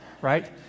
right